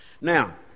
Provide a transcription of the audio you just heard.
Now